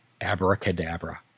abracadabra